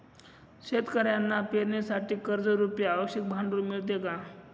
शेतकऱ्यांना पेरणीसाठी कर्जरुपी आवश्यक भांडवल मिळते का?